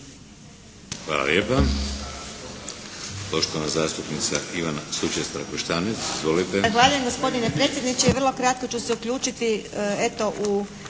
Hvala lijepa.